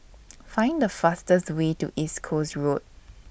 Find The fastest Way to East Coast Road